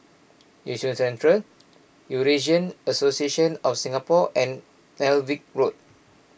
Yishun Central Eurasian Association of Singapore and Alnwick Road